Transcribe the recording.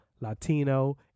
Latino